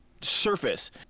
surface